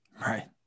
Right